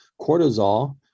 Cortisol